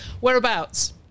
Whereabouts